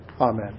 Amen